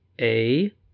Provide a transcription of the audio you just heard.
A-